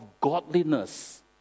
godliness